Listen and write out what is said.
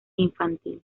infantil